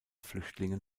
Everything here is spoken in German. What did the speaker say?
flüchtlingen